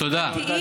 תודה.